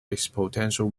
exponential